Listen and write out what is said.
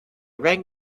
rang